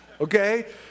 Okay